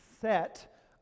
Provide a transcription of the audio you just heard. set